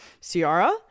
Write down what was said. ciara